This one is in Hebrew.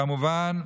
וכמובן,